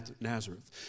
Nazareth